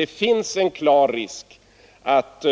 Det finns en klar risk för att